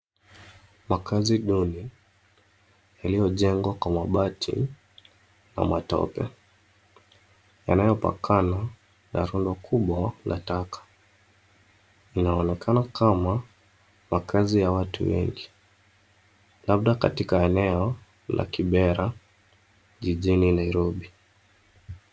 Makazi duni, yaliyojengwa kwa mabati na matope, yanayopakana na rundo kubwa la taka. Inaonekana kama makazi ya watu wengi, labda katika eneo la Kibera jijini Nairobi.